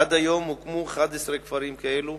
עד היום הוקמו 11 כפרים כאלה.